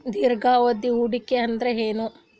ದೀರ್ಘಾವಧಿ ಹೂಡಿಕೆ ಅಂದ್ರ ಏನು?